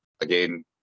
Again